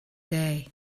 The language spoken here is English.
day